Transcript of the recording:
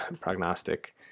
prognostic